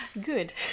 Good